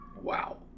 wow